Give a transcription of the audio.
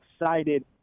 excited